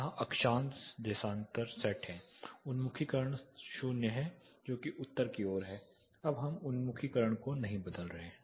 यहाँ अक्षांश देशांतर सेट है उन्मुखीकरण 00 है जो कि उत्तर की ओर है अब हम उन्मुखीकरण को नहीं बदल रहे हैं